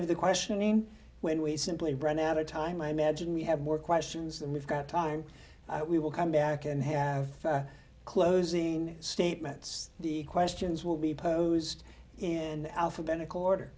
of the questioning when we simply run out of time i imagine we have more questions than we've got time we will come back and have closing statements the questions will be posed in alphabetical order